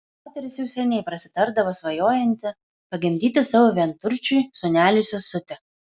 moteris jau seniai prasitardavo svajojanti pagimdyti savo vienturčiui sūneliui sesutę